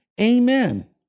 amen